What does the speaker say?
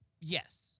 Yes